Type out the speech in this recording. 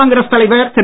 காங்கிரஸ் தலைவர் திரு